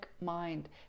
mind